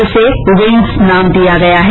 इसे विंग्स नाम दिया गया है